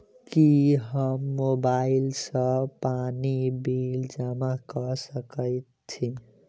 की हम मोबाइल सँ पानि बिल जमा कऽ सकैत छी?